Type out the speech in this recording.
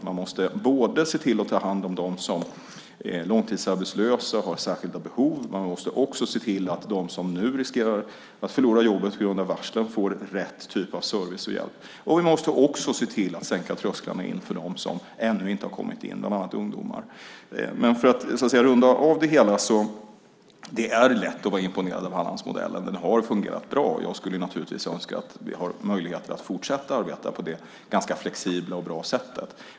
Man måste se till att ta hand om dem som är långtidsarbetslösa och som har särskilda behov och också se till att varslade som riskerar att förlora jobbet får rätta typen av service och hjälp. Vi måste dessutom se till att sänka trösklarna in för dem som ännu inte har kommit in - bland annat ungdomar. För att så att säga runda av det hela: Det är lätt att vara imponerad av Hallandsmodellen. Den har fungerat bra. Jag skulle naturligtvis önska att vi har möjligheter att fortsätta att arbeta på det ganska flexibla och bra sättet.